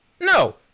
No